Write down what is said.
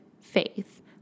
faith